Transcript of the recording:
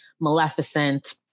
Maleficent